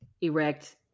erect